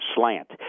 slant